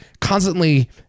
constantly